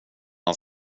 han